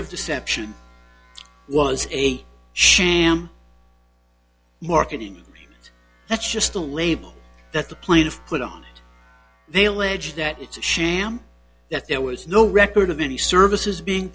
of deception was a sham marketing that's just a label that the plaintiff put on they allege that it's a sham that there was no record of any services being